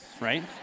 Right